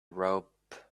rope